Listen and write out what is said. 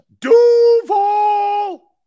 Duval